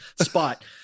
spot